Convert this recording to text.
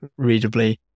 readably